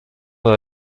dans